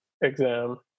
exam